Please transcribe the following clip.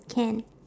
can